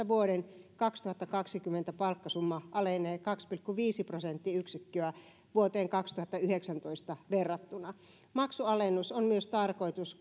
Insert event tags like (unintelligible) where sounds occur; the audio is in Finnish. (unintelligible) vuoden kaksituhattakaksikymmentä palkkasumma alenee kaksi pilkku viisi prosenttiyksikköä vuoteen kaksituhattayhdeksäntoista verrattuna maksualennus on myös tarkoitus (unintelligible)